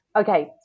Okay